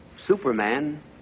Superman